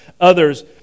others